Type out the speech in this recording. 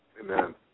Amen